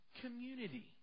community